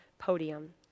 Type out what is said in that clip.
podium